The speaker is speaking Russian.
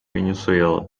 венесуэла